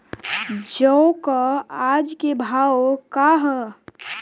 जौ क आज के भाव का ह?